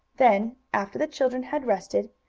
then, after the children had rested,